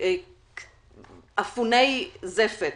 אפוני זפת,